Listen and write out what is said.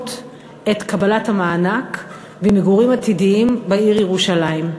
את קבלת המענק במגורים עתידיים בעיר ירושלים.